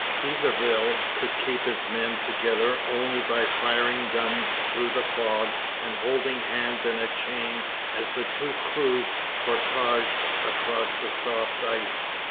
d'iberville could keep his men together only by firing guns through the fog and holding hands in a chain as the two crews portaged across the soft ice.